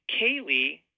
Kaylee